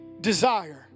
desire